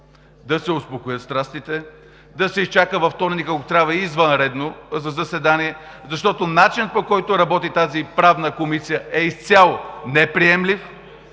да се успокоят страстите, да се изчака вторник – ако трябва на извънредно заседание, защото начинът, по който работи Правната комисия, е изцяло неприемлив,